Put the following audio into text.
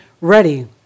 ready